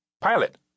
Pilot